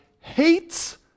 hates